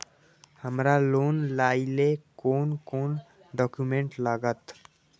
हमरा लोन लाइले कोन कोन डॉक्यूमेंट लागत?